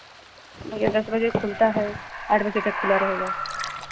अब भैया दस बजे खुलता है आठ बजे तक खुला रहेगा